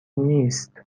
نیست